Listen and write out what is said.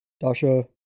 Dasha